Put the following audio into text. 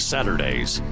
Saturdays